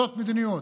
זאת מדיניות.